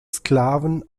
sklaven